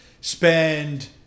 spend